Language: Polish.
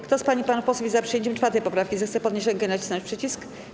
Kto z pań i panów posłów jest za przyjęciem 4. poprawki, zechce podnieść rękę i nacisnąć przycisk.